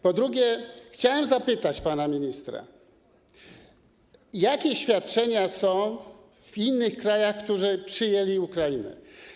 Po drugie, chciałem zapytać pana ministra, jakie świadczenia są w innych krajach, które przyjęły Ukraińców.